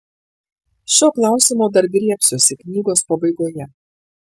šio klausimo dar griebsiuosi knygos pabaigoje